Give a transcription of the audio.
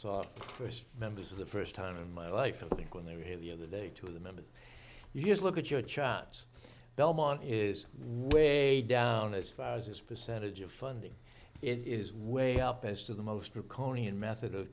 saw first members of the first time in my life i think when they were here the other day to the members you just look at your charts belmont is way down as far as his percentage of funding it is way up as to the most draconian method of